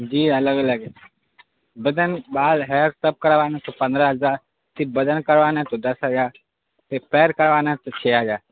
جی الگ الگ ہے بدن بال ہے سب کروانا ہے تو پندرہ ہزار صرف بدن کروانا ہے تو دس ہزار صرف پیر کروانا ہے تو چھ ہزار